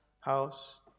house